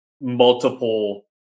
multiple